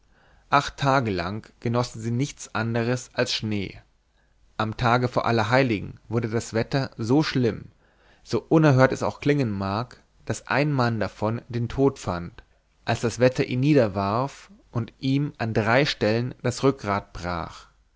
acht tage lang genossen sie nichts anderes als schnee am tage vor allerheiligen wurde das wetter so schlimm so unerhört es auch klingen mag daß ein mann davon den tod fand als das wetter ihn niederwarf und ihm an drei stellen das rückgrat brach